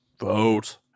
Vote